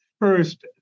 first